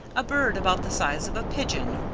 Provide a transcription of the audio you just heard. a bird about the size of a pigeon,